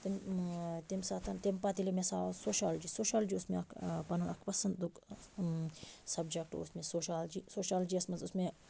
تَمہِ تَمہِ ساتن تَمہِ پتہٕ ییٚلہِ مےٚ ہسا آو سوشالجی سوشالجی اوس مےٚ اَکھ پنُن اَکھ پسندُک سبجکٹ اوس مےٚ سوشالجی سوشالجی یس منٛز اوس مےٚ